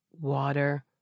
water